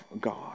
God